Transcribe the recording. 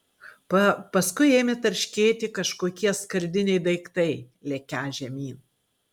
paskui ėmė tarškėti kažkokie skardiniai daiktai lekią žemyn